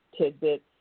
tidbits